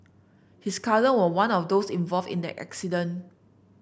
his cousin was one of those involved in that incident